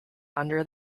under